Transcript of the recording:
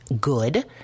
good